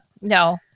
no